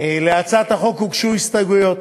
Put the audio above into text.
להצעת החוק הוגשו הסתייגויות,